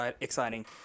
exciting